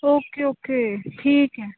okay okay ਠੀਕ ਹੈ